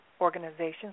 organizations